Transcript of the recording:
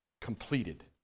completed